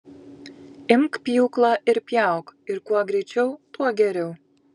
imk pjūklą ir pjauk ir kuo greičiau tuo geriau